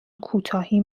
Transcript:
کوتاهی